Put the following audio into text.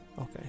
Okay